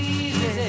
easy